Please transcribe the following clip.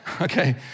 Okay